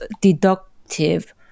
deductive